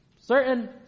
Certain